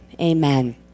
amen